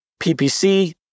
PPC